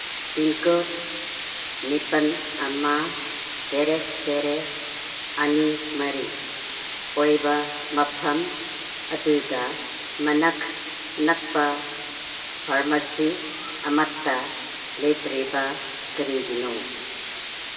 pincode ꯅꯤꯄꯥꯟ ꯑꯃ ꯇꯔꯦꯇ ꯇꯔꯦꯠ ꯑꯅꯤ ꯃꯔꯤ ꯑꯣꯏꯕ ꯃꯐꯝ ꯑꯗꯨꯗ ꯃꯅꯥꯛ ꯅꯛꯄ ꯐꯥꯔꯃꯁꯤ ꯑꯃꯠꯇ ꯂꯩꯇ꯭ꯔꯤꯕ ꯀꯔꯤꯒꯤꯅꯣ